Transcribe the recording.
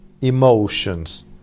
emotions